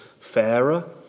fairer